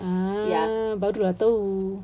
ah baru lah tahu